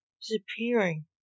disappearing